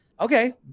Okay